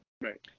Right